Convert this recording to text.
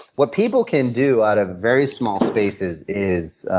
what people can do out of very small spaces is